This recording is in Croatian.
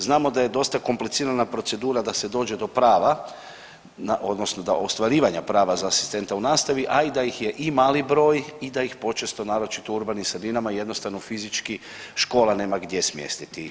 Znamo da je dosta komplicirana procedura da se dođe do prava odnosno da ostvarivanja prava za asistenta u nastavi, a i da ih je i mali broj i da ih počesto naročito u urbanim sredinama jednostavno fizički škola nema gdje smjestiti.